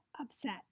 upset